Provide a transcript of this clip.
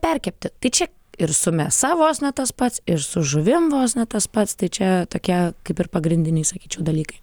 perkepti tai čia ir su mėsa vos ne tas pats ir su žuvim vos ne tas pats tai čia tokia kaip ir pagrindiniai sakyčiau dalykai